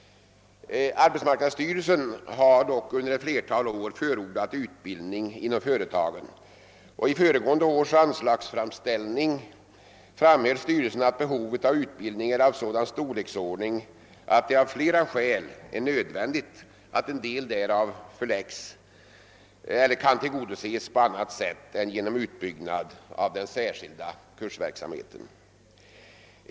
Arbetsmarknadsstyrelsen har dock under ett flertal år förordat utbildning inom företagen. I förra årets anslagsframställning framhöll styrelsen att behovet av utbildning är av sådan storleksordning att det av flera skäl är nödvändigt att en del kan tillgodoses på annat sätt än genom utbyggnad av den särskilda kursverksamheten.